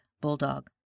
Bulldog